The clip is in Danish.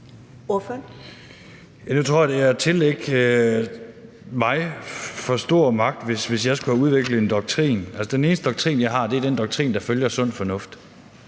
Nu tror jeg, det er at tillægge mig for stor magt, hvis jeg skulle have udviklet en doktrin. Den eneste doktrin, jeg har, er den doktrin, der følger sund fornuft,